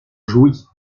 jouit